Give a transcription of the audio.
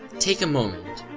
take a moment,